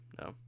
No